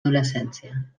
adolescència